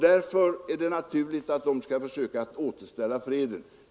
Därför är det naturligt att de skall försöka återställa freden.